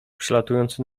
przelatujący